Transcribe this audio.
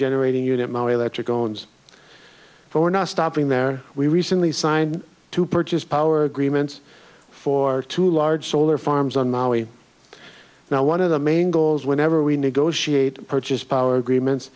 own but we're not stopping there we recently signed to purchase power agreements for two large solar farms on maui now one of the main goals whenever we negotiate purchase power agreements